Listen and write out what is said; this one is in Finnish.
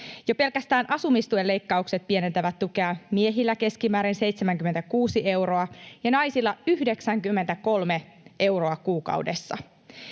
Jo pelkästään asumistuen leikkaukset pienentävät tukea miehillä keskimäärin 76 euroa ja naisilla 93 euroa kuukaudessa.